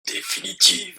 définitive